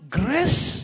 grace